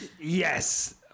Yes